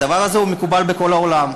הדבר הזה מקובל בכל העולם.